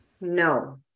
No